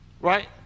right